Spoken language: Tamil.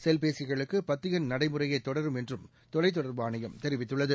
செல்பேசிகளுக்கு பத்து எண் நடைமுறையே தொடரும் என்று தொலைத்தொடர்பு ஆணையம் தெரிவித்துள்ளது